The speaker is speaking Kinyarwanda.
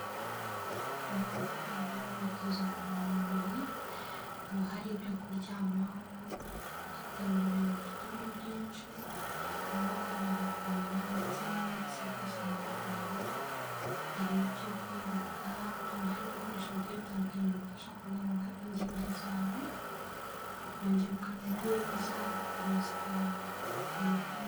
Inyubako ikorerwamo imyitozo ngororamubiri, haba hari ibyo kuryamaho ugaterura ibintu bifite ibiro byinshi, amaboko yawe agakomera, ndetse n'imitsi byose bigakomera, hari ibyo kwiruka, haba harimo ibikoresho bigenda bitandukanye, bigufasha kugorora ingingo zawe ukongera ukamera neza, ugakomeza ukaba umuntu ukomeye.